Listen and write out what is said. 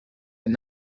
and